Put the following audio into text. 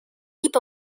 keep